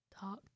talk